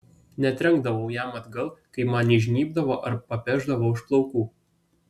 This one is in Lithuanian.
netrenkdavau jam atgal kai man įžnybdavo ar papešdavo už plaukų